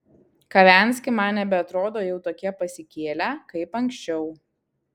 kavenski man nebeatrodo jau tokie pasikėlę kaip anksčiau